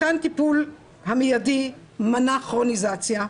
מתן הטיפול המידי מנע כרוניזציה,